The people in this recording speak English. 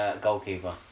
goalkeeper